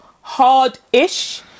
hard-ish